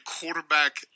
quarterback